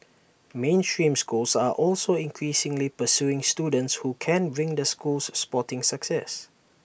mainstream schools are also increasingly pursuing students who can bring their schools sporting success